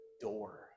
door